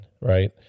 right